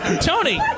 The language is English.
Tony